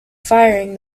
firing